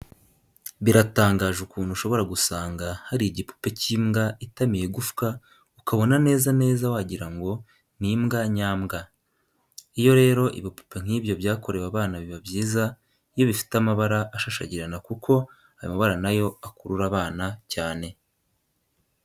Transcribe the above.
Biratangaje ukuntu ushobora gusanga hari igipupe cy'imbwa itamiye igufwa ukabona neza neza wagira ngo ni imbwa nyambwa. Iyo rero ibipupe nk'ibyo byakorewe abana biba byiza iyo bifite amabara ashashagirana kuko ayo mabara na yo akurura abana cyane.